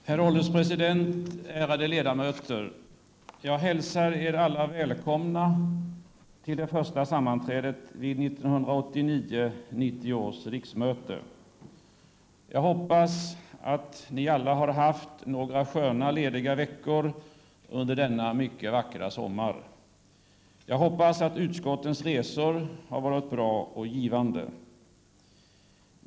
Herr ålderspresident! Ärade ledamöter! Jag hälsar er alla välkomna till det första sammanträdet vid 1989/90 års riksmöte. Jag hoppas att ni alla har haft några sköna lediga veckor under denna mycket vackra sommar. Jag hoppas också att utskottens resor har varit bra och givande.